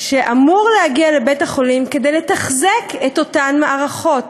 שאמור להגיע לבית-החולים כדי לתחזק את אותן מערכות,